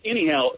anyhow